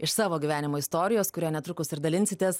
iš savo gyvenimo istorijos kuria netrukus ir dalinsitės